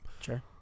Sure